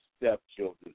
stepchildren